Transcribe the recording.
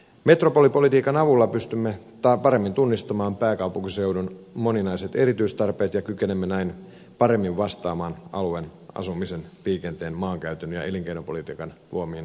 metropolipolitiikan avulla pystymme paremmin tunnistamaan pääkaupunkiseudun moninaiset erityistarpeet ja kykenemme näin paremmin vastaamaan alueen asumisen liikenteen maankäytön ja elinkeinopolitiikan luomiin haasteisiin